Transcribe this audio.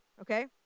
okay